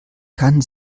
kann